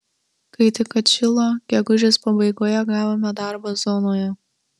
kai tik atšilo gegužės pabaigoje gavome darbą zonoje